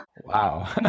Wow